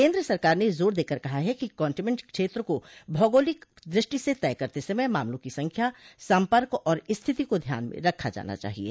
केन्द्र सरकार ने जोर देकर कहा है कि कंटेन्मेंट क्षेत्रों को भौगोलिक द्रष्टि से तय करते समय मामलों की संख्या सम्पर्क और स्थिति को ध्यान में रखा जाना चाहिये